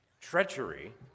treachery